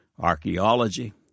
Archaeology